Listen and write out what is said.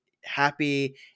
happy